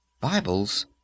Bibles